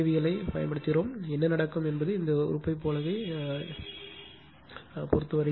VL ஐ இந்த சுழற்சியில் பயன்படுத்துகிறோம் என்ன நடக்கும் என்பது இந்த உறுப்பை போலவே வருகிறது